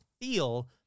feel